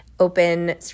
open